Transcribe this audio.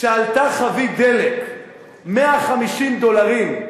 כשעלתה חבית דלק 150 דולרים,